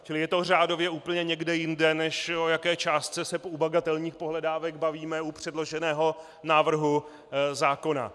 Čili je to řádově úplně někde jinde, než o jaké částce se u bagatelních pohledávek bavíme u předloženého návrhu zákona.